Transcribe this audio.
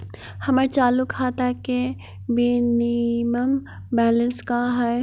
हमर चालू खाता के मिनिमम बैलेंस का हई?